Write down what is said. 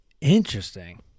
Interesting